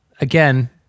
Again